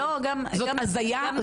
זאת הזיה.